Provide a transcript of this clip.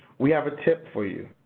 we have a tip for you.